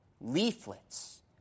leaflets